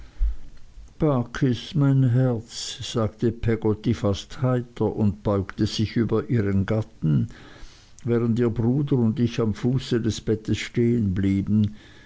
barkis mein herz sagte peggotty fast heiter und beugte sich über ihren gatten während ihr bruder und ich am fuß des bettes